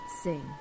sing